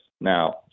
now